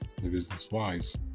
business-wise